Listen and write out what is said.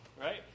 right